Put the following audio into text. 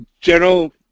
General